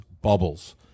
bubbles